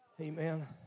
Amen